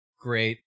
Great